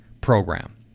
program